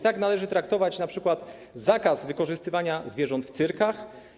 Tak należy traktować np. zakaz wykorzystywania zwierząt w cyrkach.